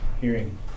Hearing